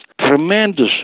tremendous